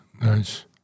Nice